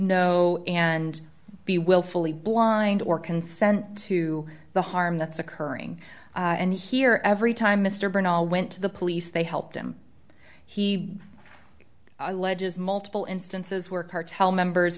know and be willfully blind or consent to the harm that's occurring and here every time mr bernald went to the police they helped him he alleges multiple instances where cartel members